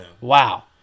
Wow